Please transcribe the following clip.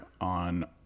on